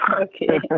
Okay